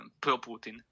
pro-Putin